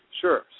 Sure